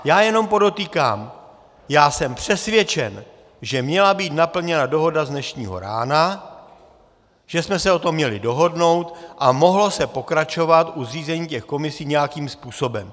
Já jenom podotýkám, já jsem přesvědčen, že měla být naplněna dohoda z dnešního rána, že jsme se o tom měli dohodnout, a mohlo se pokračovat u zřízení těch komisí nějakým způsobem.